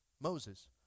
Moses